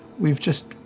we've just